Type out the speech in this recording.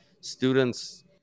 students